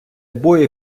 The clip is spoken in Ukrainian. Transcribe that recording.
бою